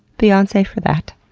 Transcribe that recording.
beyonce, for that!